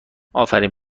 آفرین